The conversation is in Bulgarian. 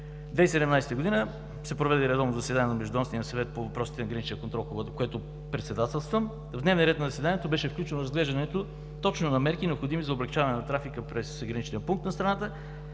2017 г. се проведе редовно заседание на Междуведомствения съвет по въпросите на граничния контрол, който председателствам. В дневния ред на заседанието беше включено разглеждането точно на мерки, необходими за облекчаване на трафика през граничния пункт на страната